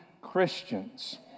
Christians